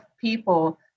people